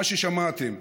מה ששמעתם,